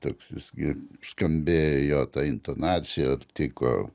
toks jis gi skambėjo jo ta intonacija tiko